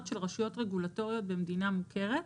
של רשויות רגולטוריות במדינה מוכרת,